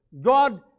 God